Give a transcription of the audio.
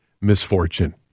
Misfortune